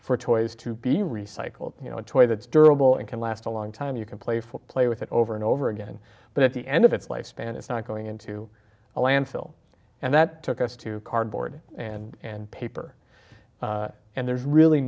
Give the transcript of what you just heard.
for toys to be recycled you know a toy that's durable and can last a long time you can play for play with it over and over again but at the end of its lifespan it's not going into a landfill and that took us to cardboard and paper and there's really